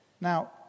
Now